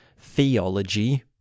theology